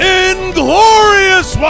inglorious